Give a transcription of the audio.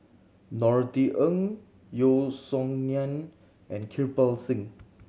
Norothy Ng Yeo Song Nian and Kirpal Singh